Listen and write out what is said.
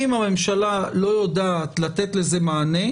אם הממשלה לא יודעת לתת לזה מענה,